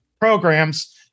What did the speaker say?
programs